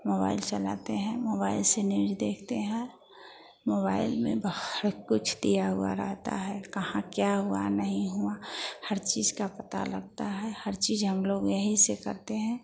mobile चलाते हैं mobile से न्यूज देखते हैं मोबाइल में बहुत कुछ दिया हुआ रहता है कहाँ क्या हुआ नहीं हुआ हर चीज़ का पता लगता हर चीज़ हम लोग यही से करते हैं